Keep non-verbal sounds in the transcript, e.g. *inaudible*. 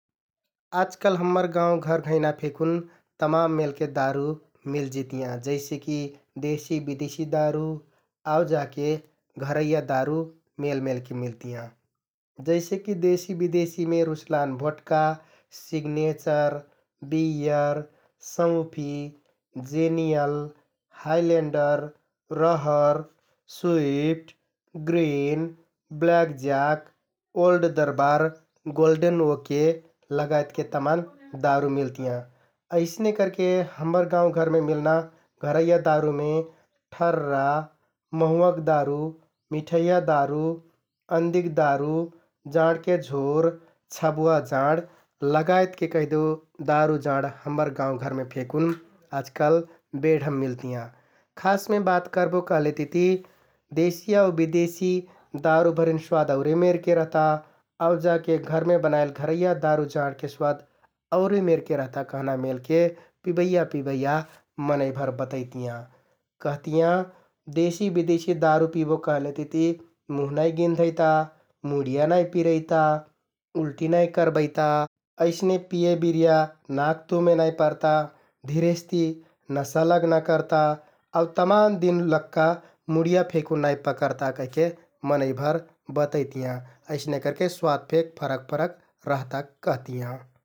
आजकल हम्मर गाउँघर घैंना फेकुन तमान मेलके दारु मिलजितियाँ जइसेकि देशी, बिदेशी दारु आउ जाके घरैया दारु मेलमेलके मिलतियाँ । जइसेकि देशी, विदेशीमे रुसलान भोटका, सिग्‍नेचर, बियर, सौफि, जेनियल, हाइलेन्डर, रहर, स्विट, ग्रिन, Black Jack, Old Durbar, Golden Oak लगायतके तमाम *noise* दारु मिलतियाँ । अइसने करके हम्मर गाउँघरमे मिलना घरैया दारुमे ठर्‌रा, महुँवाक दारु, मिठैहिया दारु, अन्दिक दारु, जाँडके झोर, छबुवा जाँड लगायतके कैहदेउ दारु, जाँड हम्मर गाउँघरमे फेकुन आजकाल बेढम मिलतियाँ । खासमे बात करबो कहलेतिति देशी आउ विदेशी दारु भरिन स्वाद औरे मेरके रहता । आउ जाके घरमे बनाइल घरैया दारु, जाँडके स्वाद औरे मेरके रहता कहना मेलके पिबैया पिबैया मनैंभर बतैतियाँ । कहतियाँ देशी, बिदेशी दारु पिबो कहलेतिति मुह नाइ गिन्धैता, मुडिया नाइ पिरैता, उल्टि नाइ करबैता, अइसने बिये बिरिया नाक तुमे नाइ परता । धिरेसति नशा लगना करता आउ तमान दिन लक्का मुडिया फेकुन नाइ पकरता कहिके मनैंभर बतैतियाँ । अइसने करके स्वाद फेक फरक रहता कहतियाँ ।